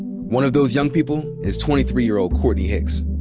one of those young people is twenty three year old courtney hicks.